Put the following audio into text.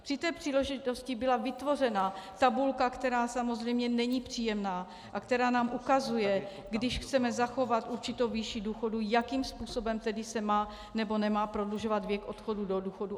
Při té příležitosti byla vytvořena tabulka, která samozřejmě není příjemná a která nám ukazuje, když chceme zachovat určitou výši důchodů, jakým způsobem se tedy má nebo nemá prodlužovat věk odchodu do důchodu.